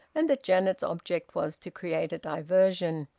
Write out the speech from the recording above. and that janet's object was to create a diversion.